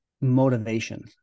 motivation